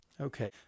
Okay